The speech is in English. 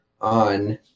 on